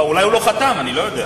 לא, אולי הוא לא חתם, אני לא יודע.